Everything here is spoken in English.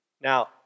Now